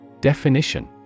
Definition